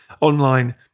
online